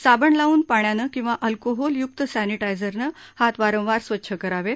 साबण लावून पाण्यानं किंवा अल्कोहोलय्क्त सॅनिटाइझरनं हात वारंवार स्वच्छ करावेत